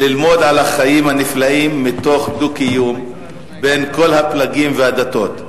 ללמוד על החיים הנפלאים מתוך דו-קיום בין כל הפלגים והדתות.